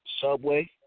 Subway